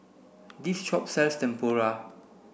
this shop sells Tempura